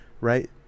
right